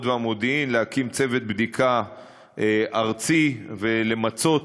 והמודיעין להקים צוות בדיקה ארצי ולמצות,